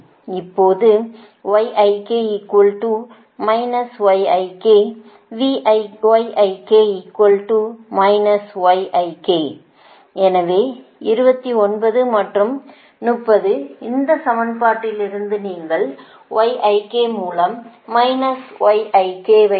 இப்போது எனவே 29 மற்றும் 30 இந்த 2 சமன்பாடுகளில் நீங்கள் மூலம் ஐ